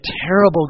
terrible